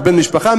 בן-המשפחה,